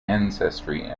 ancestry